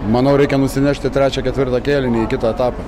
manau reikia nusinešti trečią ketvirtą kėlinį į kitą etapą